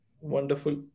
Wonderful